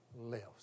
lives